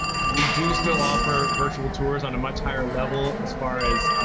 we do still offer virtual tours on a much higher level as far as,